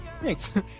Thanks